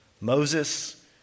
Moses